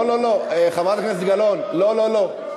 לא לא לא, חברת הכנסת גלאון, לא לא לא.